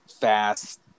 fast